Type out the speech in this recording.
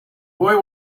boy